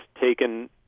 taken